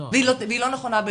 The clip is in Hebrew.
והיא לא נכונה בהכרח.